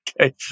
Okay